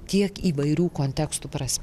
tiek įvairių kontekstų prasme